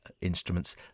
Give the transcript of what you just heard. instruments